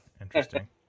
Interesting